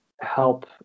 help